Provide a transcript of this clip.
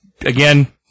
Again